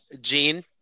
Gene